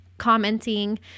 commenting